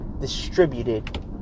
distributed